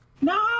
No